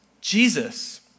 Jesus